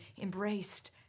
embraced